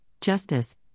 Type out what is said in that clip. justice